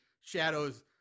Shadow's